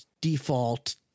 default